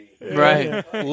Right